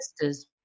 sisters